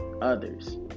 others